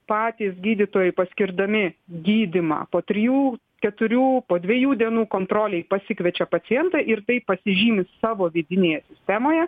patys gydytojai paskirdami gydymą po trijų keturių po dviejų dienų kontrolei pasikviečia pacientą ir tai pasižymi savo vidinėje sistemoje